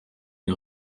une